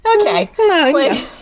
okay